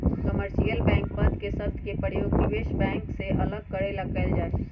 commercial bank पद के शब्द के प्रयोग निवेश बैंक से अलग करे ला कइल जा हई